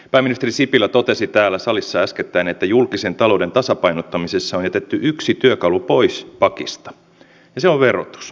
pääministeri sipilä totesi täällä salissa äskettäin että tie ja rataverkkoon panostetaan esimerkiksi yhteensä lähes miljardin euron edestä